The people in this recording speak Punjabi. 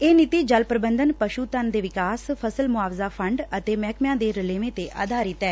ਇਹ ਨੀਤੀ ਜਲ ਪੁਬੰਧਕ ਪਸ੍ਰ ਧਨ ਦੇ ਵਿਕਾਸ ਫਸਲ ਮੁਆਵਜਾ ਫੰਡ ਅਤੇ ਮਹਿਕਮਿਆਂ ਦੇ ਰਲੇਵੇ ਂ ਤੇ ਆਧਾਰਿਤ ਐ